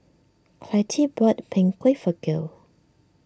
Clytie bought Png Kueh for Gail